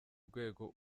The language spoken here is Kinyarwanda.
rwego